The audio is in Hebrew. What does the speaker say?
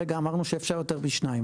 הרגע אמרנו שאפשר יותר משניים,